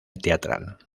teatral